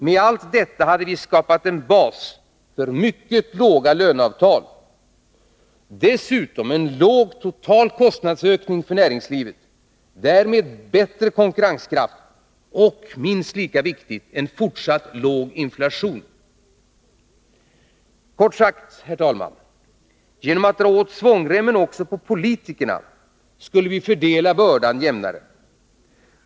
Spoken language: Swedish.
Med allt detta hade vi skapat en bas för mycket låga löneavtal och åstadkommit en låg total kostnadsökning för näringslivet och därmed bättre konkurrenskraft och — minst lika viktigt — fortsatt låg inflation. Kort sagt, herr talman! Genom att dra åt svångremmen också på politikerna skulle vi fördela bördan jämnare.